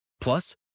Plus